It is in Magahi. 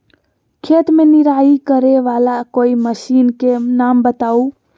खेत मे निराई करे वाला कोई मशीन के नाम बताऊ?